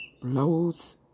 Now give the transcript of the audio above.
blows